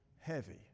heavy